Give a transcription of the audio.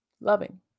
loving